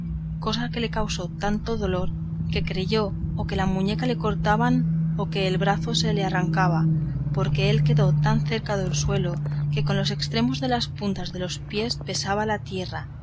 cosa que le causó tanto dolor que creyó o que la muñeca le cortaban o que el brazo se le arrancaba porque él quedó tan cerca del suelo que con los estremos de las puntas de los pies besaba la tierra